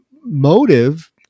motive